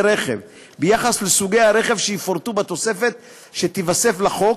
רכב ביחס לסוגי הרכב שיפורטו בתוספת שתיווסף לחוק,